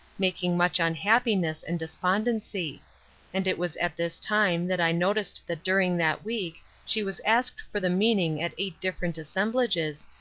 making much unhappiness and despondency and it was at this time that i noticed that during that week she was asked for the meaning at eight different assemblages,